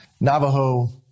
Navajo